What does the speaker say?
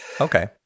okay